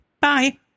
Bye